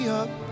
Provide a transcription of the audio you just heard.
up